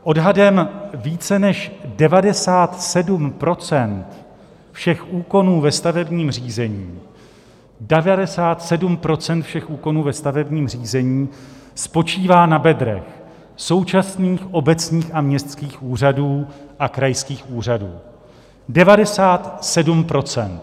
Odhadem více než 97 % všech úkonů ve stavebním řízení, 97 % všech úkonů ve stavebním řízení, spočívá na bedrech současných obecních a městských úřadů a krajských úřadů 97 %!